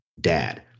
Dad